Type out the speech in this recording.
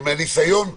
מהניסיון בוועדה,